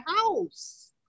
house